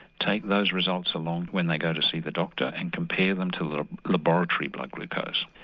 take those results along when they go to see the doctor and compare them to the laboratory blood glucose.